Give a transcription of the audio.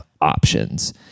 options